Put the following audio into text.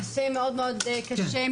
נושא מאוד-מאוד קשה,